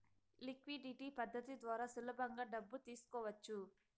liquidity పద్ధతి ద్వారా సులభంగా డబ్బు తీసుకోవచ్చు